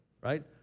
right